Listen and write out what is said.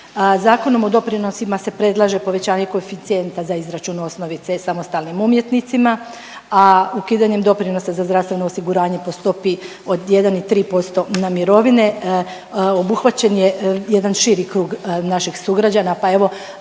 Zakonom o doprinosima se predlaže povećanje koeficijenta za izračun osnovnice samostalnim umjetnicima, a ukidanjem doprinosa za zdravstveno osiguranje po stopi od 1 i 3% na mirovine obuhvaćen je jedan širi krug naših sugrađana pa evo